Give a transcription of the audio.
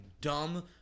dumb